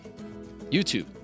YouTube